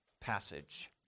passage